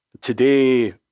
today